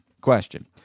question